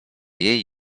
jej